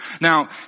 Now